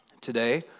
Today